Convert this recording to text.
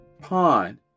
pawn